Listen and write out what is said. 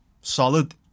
solid